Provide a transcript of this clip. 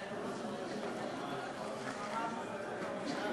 לפני שנים רבות מאוד, כמה עשורים,